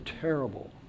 terrible